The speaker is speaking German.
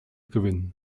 gewinnen